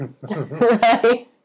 Right